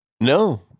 No